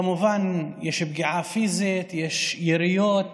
כמובן, יש פגיעה פיזית, יש יריות,